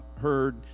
heard